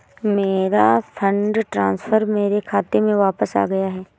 मेरा fund transfer मेरे खाते में वापस आ गया है